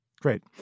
Great